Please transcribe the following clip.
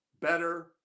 better